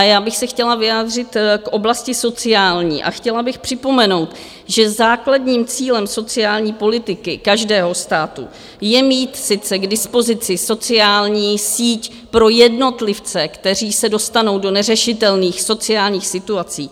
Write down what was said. Já bych se chtěla vyjádřit k oblasti sociální a chtěla bych připomenout, že základním cílem sociální politiky každého státu je mít sice k dispozici sociální síť pro jednotlivce, kteří se dostanou do neřešitelných sociálních situací.